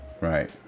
Right